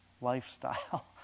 lifestyle